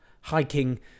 hiking